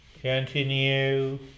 continue